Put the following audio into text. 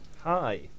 Hi